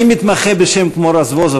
אני מתמחה בשם כמו רזבוזוב,